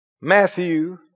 Matthew